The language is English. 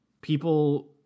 people